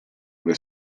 ove